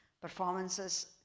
performances